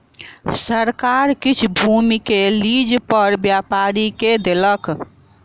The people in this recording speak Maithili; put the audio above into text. सरकार किछ भूमि के लीज पर व्यापारी के देलक